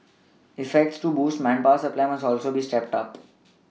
efforts to boost manpower supply must also be stepped up